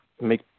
make